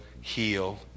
heal